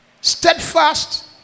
steadfast